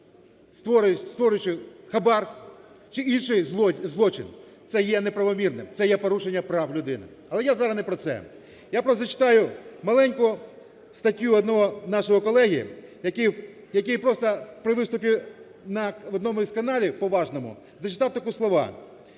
створюючи хабар чи інший злочин, це є неправомірним, це є порушення прав людини. Але я зараз не про це. Я зачитаю маленьку статтю одного нашого колеги, який просто при виступі на одному з каналів поважному зачитав такі слова: